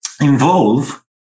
involve